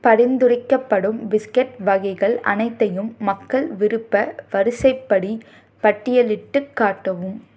பரிந்துரைக்கப்படும் பிஸ்கெட் வகைகள் அனைத்தையும் மக்கள் விருப்ப வரிசைப்படி பட்டியலிட்டுக் காட்டவும்